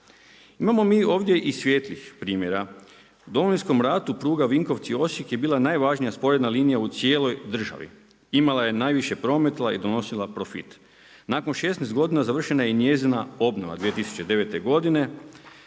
Imamo mi ovdje i svijetlih primjera. U Domovinskom rastu pruga Vinkovci – Osijek je bila najvažnija sporedna linija u cijeloj državi. Imala je najviše prometa i donosila profit. Nakon 16 godina završena je i njezina obnova 2009. godine